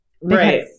Right